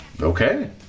Okay